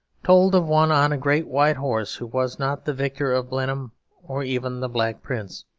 told of one on a great white horse who was not the victor of blenheim or even the black prince,